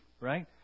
Right